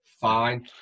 fine